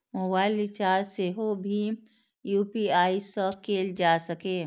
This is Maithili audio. मोबाइल रिचार्ज सेहो भीम यू.पी.आई सं कैल जा सकैए